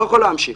לא יכול להמשיך.